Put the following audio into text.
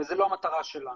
וזו לא המטרה שלנו.